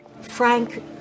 Frank